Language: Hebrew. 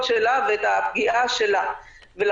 של שוטרים ופיקוח של שוטרים בבתי מבודדים,